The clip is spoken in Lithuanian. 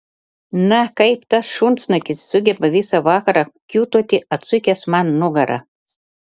na kaip tas šunsnukis sugeba visą vakarą kiūtoti atsukęs man nugarą